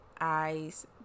eyes